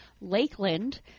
Lakeland